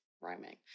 rhyming